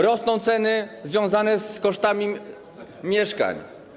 Rosną ceny związane z kosztami mieszkań.